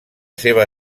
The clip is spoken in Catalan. seva